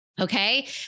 Okay